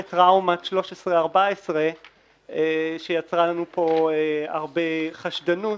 טראומת 13 14 שיצרה לנו פה הרבה חשדנות.